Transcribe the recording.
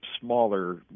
smaller